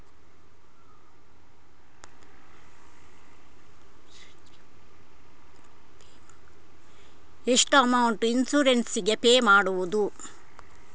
ಎಷ್ಟು amount insurance ಗೇ pay ಮಾಡುವುದು?